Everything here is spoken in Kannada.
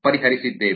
1 ಪರಿಹರಿಸಿದ್ದೇವೆ